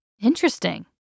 Interesting